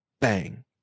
Bang